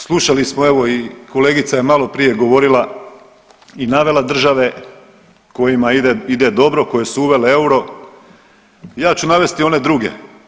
Slušali smo, evo i kolegica je maloprije govorila i navela države kojima ide, ide dobro, koje su uvele euro, ja ću navesti one druge.